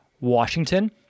Washington